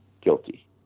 guilty